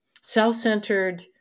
self-centered